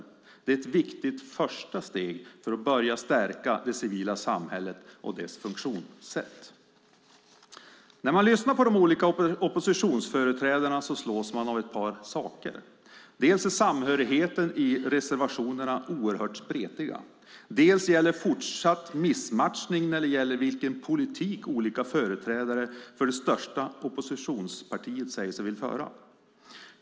Detta är ett viktigt första steg för att börja stärka det civila samhället och dess funktionssätt. När man lyssnar på de olika oppositionsföreträdarna slås man av ett par saker. Dels är samhörigheten i reservationerna oerhört spretig, dels handlar det om fortsatt missmatchning när det gäller vilken politik olika företrädare för det största oppositionspartiet säger sig vilja föra.